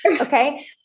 okay